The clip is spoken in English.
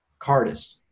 cardist